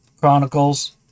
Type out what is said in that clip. Chronicles